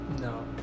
No